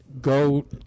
go